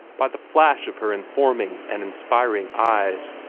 by the flash of her informing and inspiring eyes,